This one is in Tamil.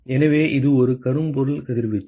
எனவே இது ஒரு கரும்பொருள் கதிர்வீச்சு